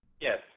Yes